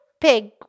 pig